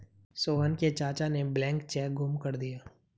सोहन के चाचा ने ब्लैंक चेक गुम कर दिया